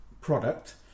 Product